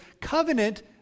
covenant